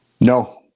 No